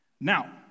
Now